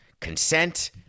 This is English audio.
Consent